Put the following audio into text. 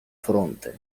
fronte